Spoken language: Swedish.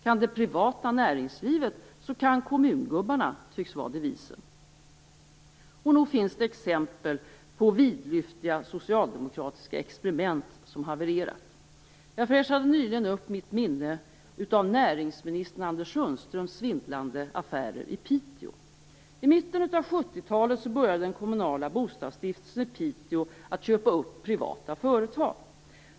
Kan det privata näringslivet så kan kommungubbarna, tycks vara devisen. Nog finns det exempel på vidlyftiga socialdemokratiska experiment som havererat. Jag fräschade nyligen upp mitt minne av näringsminister Anders Piteå att köpa upp privata företag.